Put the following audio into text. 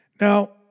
Now